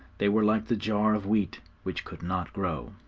they were like the jar of wheat which could not grow.